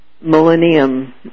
millennium